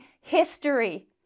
history